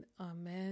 Amen